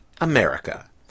America